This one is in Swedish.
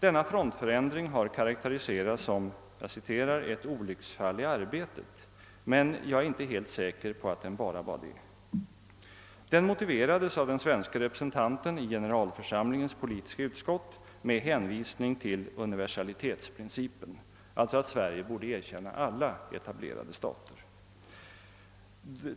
Denna frontförändring har karakteriserats som »ett olycksfall i arbetet», men jag är inte helt säker på att den bara var det. Den motiverades av den svenske representanten i generalförsamlingens politiska utskott med hänvisning till universalitetsprincipen, alltså att Sverige borde erkänna alla etablerade stater.